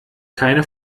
keine